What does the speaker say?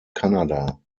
kanada